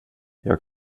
jag